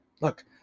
Look